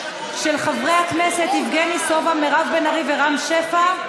של חברי הכנסת יבגני סובה, מירב בן ארי ורם שפע.